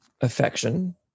affection